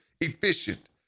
efficient